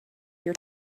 your